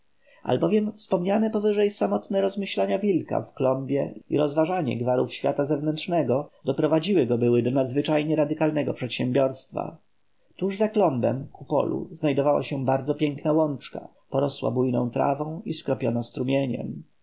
albowiem wspomniane powyżej samotne rozmyślania wilka w klombie i rozważanie gwarów świata zewnętrznego doprowadziły go były do nadzwyczajnie radykalnego przedsiębiorstwa tuż za klombem ku polu znajdowała się bardzo piękna łączka porosła bujną trawą i skropiona strumieniem